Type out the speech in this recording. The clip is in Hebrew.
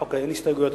לחוק אין הסתייגויות,